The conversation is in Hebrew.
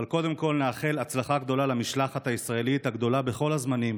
אבל קודם כול נאחל הצלחה גדולה למשלחת הישראלית הגדולה בכל הזמנים,